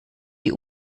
die